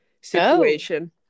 situation